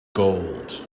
gold